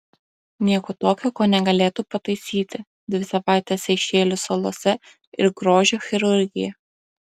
nieko tokio ko negalėtų pataisyti dvi savaitės seišelių salose ir grožio chirurgija